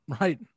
Right